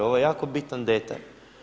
Ovo je jako bitan detalj.